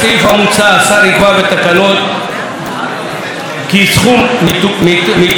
השר יקבע בתקנות כי סכום מתוך תקציב הקולנוע,